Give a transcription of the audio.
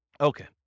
Okay